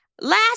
Last